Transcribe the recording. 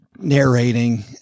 narrating